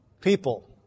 people